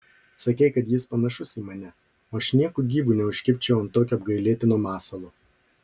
sakei kad jis panašus į mane o aš nieku gyvu neužkibčiau ant tokio apgailėtino masalo